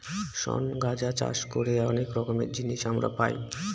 শন গাঁজা চাষ করে অনেক রকমের জিনিস আমরা পাই